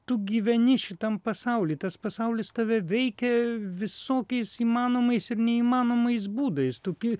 tu gyveni šitam pasaulyj tas pasaulis tave veikia visokiais įmanomais ir neįmanomais būdais tu gi